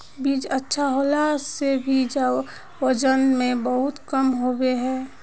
बीज अच्छा होला से भी वजन में बहुत कम होबे है?